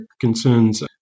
concerns